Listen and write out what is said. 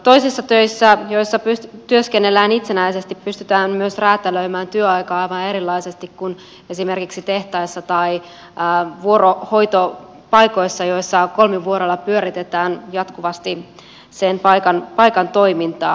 toisissa töissä joissa työskennellään itsenäisesti pystytään myös räätälöimään työaikaa aivan erilaisesti kuin esimerkiksi tehtaissa tai vuorohoito paikoissa joissa kolmivuorolla pyöritetään jatkuvasti sen paikan toimintaa